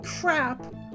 crap